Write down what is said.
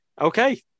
Okay